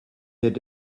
had